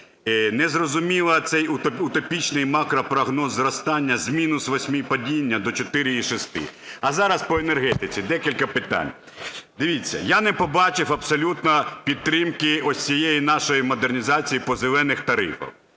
Незрозумілий цей утопічний макропрогноз зростання з мінус 8 падіння до 4,6. А зараз по енергетиці декілька питань. Дивіться, я не побачив абсолютно підтримки ось цієї нашої модернізації по "зелених" тарифах